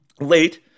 late